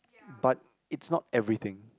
but is not everything